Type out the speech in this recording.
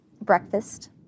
breakfast